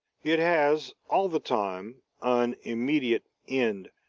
it has all the time an immediate end,